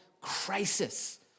crisis